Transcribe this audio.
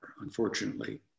Unfortunately